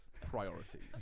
Priorities